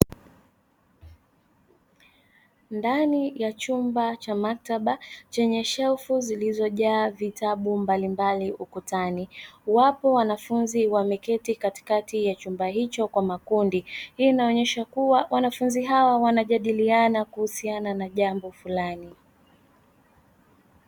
Ndani ya chumba cha maktaba, chenye shelfu zilizojaa vitabu mbalimbali ukutani, wapo wanafunzi wameketi katikati ya chumba hicho kwa makundi, hii inaonyesha kuwa wanafunzi hawa wanajadiliana kuhusiana na jambo fulani.